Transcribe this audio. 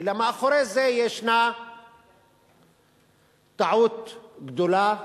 אלא מאחורי זה ישנה טעות גדולה,